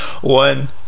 One